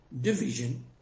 division